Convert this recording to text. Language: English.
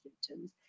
symptoms